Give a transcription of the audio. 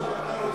אלי,